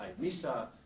Misa